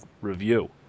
review